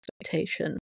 expectation